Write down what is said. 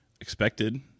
Expected